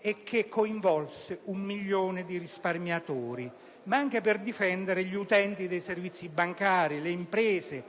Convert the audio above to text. euro coinvolgendo un milione di risparmiatori) ma anche per difendere gli utenti dei servizi bancari e le imprese